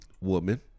Woman